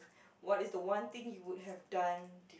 what is the one thing you would have done